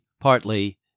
partly